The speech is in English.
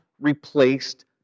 replaced